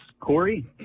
Corey